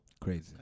crazy